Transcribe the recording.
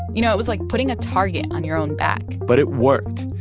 you know, it was like putting a target on your own back but it worked.